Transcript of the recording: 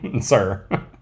sir